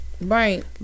right